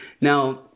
Now